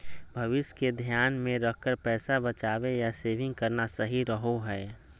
भविष्य के ध्यान मे रखकर पैसा बचावे या सेविंग करना सही रहो हय